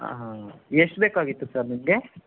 ಹಾಂ ಎಷ್ಟು ಬೇಕಾಗಿತ್ತು ಸರ್ ನಿಮಗೆ